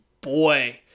boy